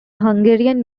hungarian